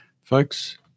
Folks